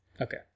Okay